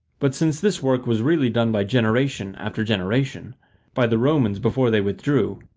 but since this work was really done by generation after generation by the romans before they withdrew,